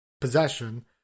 possession